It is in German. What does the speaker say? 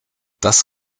das